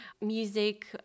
music